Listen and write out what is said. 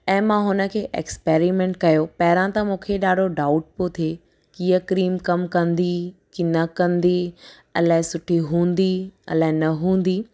ऐं मां हुनखे एक्सपैरिमैंट करियो पहिरियां त मूंखे ॾाढो डाउट पियो थिए की हीअं क्रीम कमु कंदी की न कंदी अलाए सुठी हूंदी अलाए न हूंदी